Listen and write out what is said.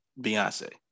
Beyonce